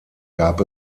gab